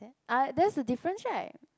ah that's the difference right